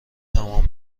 تمام